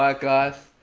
but guys.